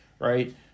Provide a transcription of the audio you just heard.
right